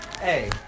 Hey